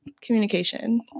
Communication